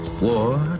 War